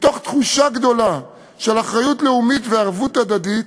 מתוך תחושה גדולה של אחריות לאומית וערבות הדדית,